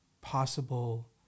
possible